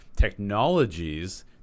technologies